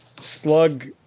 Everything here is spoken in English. slug